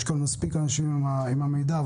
יש כאן מספיק אנשים עם המידע.